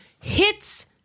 hits